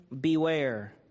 beware